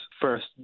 first